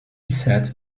said